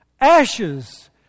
ashes